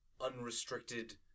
unrestricted